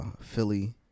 Philly